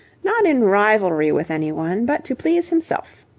not in rivalry with any one, but to please himself.